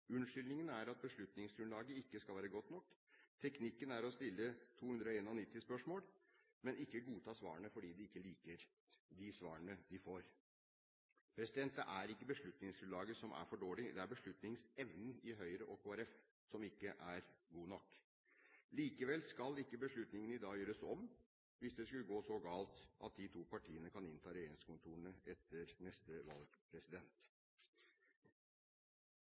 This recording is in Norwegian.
Unnskyldningen er at beslutningsgrunnlaget ikke skal være godt nok. Teknikken er å stille 291 spørsmål, men ikke godta svarene, fordi de ikke liker de svarene de får. Det er ikke beslutningsgrunnlaget som er for dårlig, det er beslutningsevnen i Høyre og Kristelig Folkeparti som ikke er god nok. Likevel skal ikke beslutningen i dag gjøres om, hvis det skulle gå så galt at de to partiene kan innta regjeringskontorene etter neste valg.